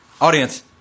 Audience